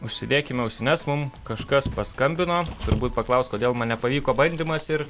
užsidėkime ausines mum kažkas paskambino turbūt paklaust kodėl man nepavyko bandymas ir